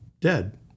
dead